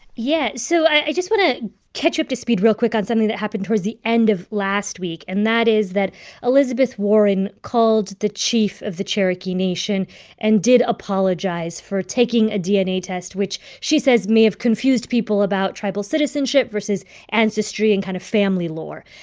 yeah. so i just want to catch you up to speed real quick on something that happened towards the end of last week. and that is that elizabeth warren called the chief of the cherokee nation and did apologize for taking a dna test, which she says may have confused people about tribal citizenship versus ancestry and kind of family lore.